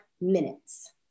minutes